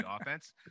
offense